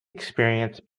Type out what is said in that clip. experience